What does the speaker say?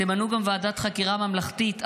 תמנו גם ועדת חקירה ממלכתית עכשיו.